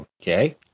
okay